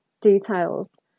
details